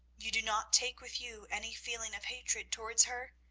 you do not take with you any feeling of hatred towards her.